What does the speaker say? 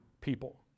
people